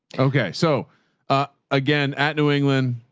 okay. so ah again at new england,